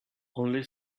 only